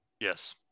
Yes